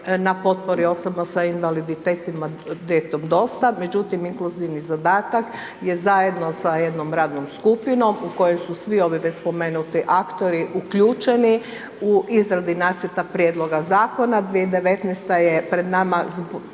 na potpori osobno sa invaliditetima gdje je toga dosta, međutim, inkluzivni zadatak je zajedno sa jednom radnom skupinom u kojem su svi ovi već spomenuti aktori uključeni u izradi nacrta prijedloga Zakona, 2019.-ta je pred nama na